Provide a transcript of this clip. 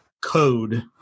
code